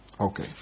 Okay